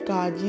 God